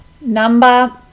Number